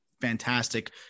fantastic